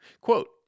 Quote